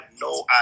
no